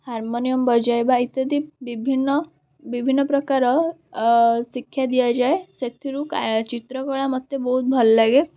harmonium ବଜାଇବା ଇତ୍ୟାଦି ବିଭିନ୍ନ ବିଭିନ୍ନପ୍ରକାର ଶିକ୍ଷା ଦିଆଯାଏ ସେଥିରୁ ଚିତ୍ରକଳା ମୋତେ ବହୁତ ଭଲ ଲାଗେ